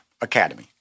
Academy